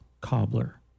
cobbler